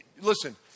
listen